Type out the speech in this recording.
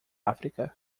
áfrica